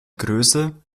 größe